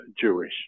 Jewish